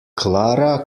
clara